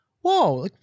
whoa